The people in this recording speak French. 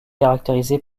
caractérisé